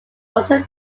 also